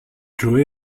joey